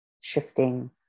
shifting